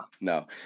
No